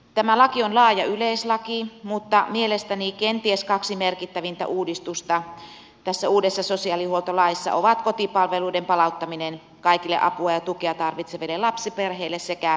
tämä laki on laaja yleislaki mutta mielestäni kenties kaksi merkittävintä uudistusta tässä uudessa sosiaalihuoltolaissa ovat kotipalveluiden palauttaminen kaikille apua ja tukea tarvitseville lapsiperheille sekä nuorisopalvelutakuu